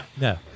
No